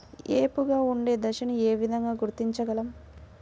ఏపుగా ఉండే దశను ఏ విధంగా గుర్తించగలం?